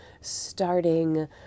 starting